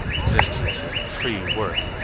existence is the free work,